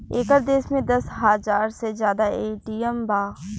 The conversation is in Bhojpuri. एकर देश में दस हाजार से जादा ए.टी.एम बा